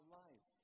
life